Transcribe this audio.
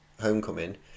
Homecoming